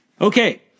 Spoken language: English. Okay